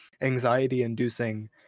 anxiety-inducing